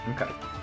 Okay